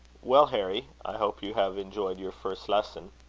well, harry, i hope you have enjoyed your first lesson.